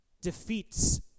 defeats